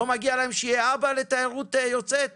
לא מגיע להם שמישהו יטפל בהם?